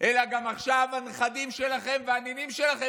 אלא עכשיו גם הנכדים שלכם והנינים שלכם.